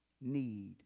need